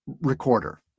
recorder